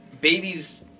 babies